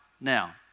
Now